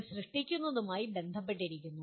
ഇത് സൃഷ്ടിക്കുന്നതുമായി ബന്ധപ്പെട്ടിരിക്കുന്നു